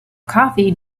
coffee